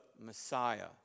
Messiah